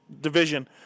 division